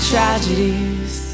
Tragedies